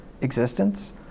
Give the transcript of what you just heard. existence